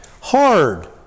hard